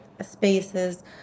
spaces